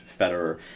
Federer